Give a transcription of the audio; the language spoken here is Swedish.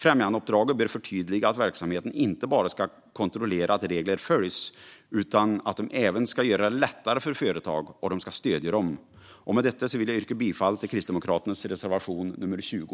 Främjandeuppdraget bör förtydliga att verksamheten inte bara ska kontrollera att regler följs utan att man även ska göra det lättare för och stödja företagen. Med detta vill jag yrka bifall till Kristdemokraternas reservation nummer 20.